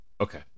Okay